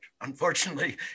Unfortunately